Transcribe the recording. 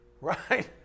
Right